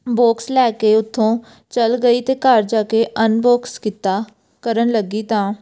box ਲੈ ਕੇ ਉੱਥੋਂ ਚੱਲ ਗਈ ਅਤੇ ਘਰ ਜਾ ਕੇ ਅਨਬੋਕਸ ਕੀਤਾ ਕਰਨ ਲੱਗੀ ਤਾਂ